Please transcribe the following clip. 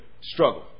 struggle